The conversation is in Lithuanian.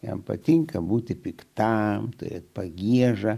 jam patinka būti piktam tai pagieža